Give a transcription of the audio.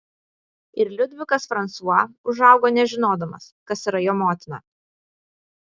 ir liudvikas fransua užaugo nežinodamas kas yra jo motina